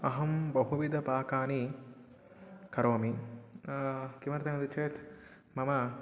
अहं बहुविधपाकानि करोमि किमर्थमिति चेत् मम